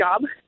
job